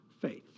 faith